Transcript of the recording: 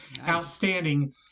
outstanding